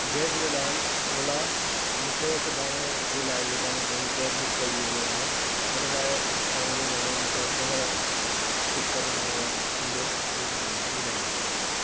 जय Jhulelal Ola मूंखे सुभाणे जे लाइ जेका मां पंहिंजी कैब बुक कई हुई ऐं उन लाइ तव्हांजो माण्हू मूंखे कंहिंमहिल पिकअप करण लाइ ईंदो हूं बि तव्हां मूंखे ॿुधाईंदा